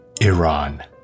Iran